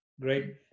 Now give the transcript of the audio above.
Great